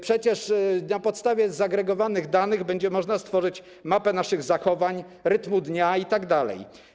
Przecież na podstawie zagregowanych danych będzie można stworzyć mapę naszych zachowań, rytmu dnia itd.